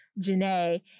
Janae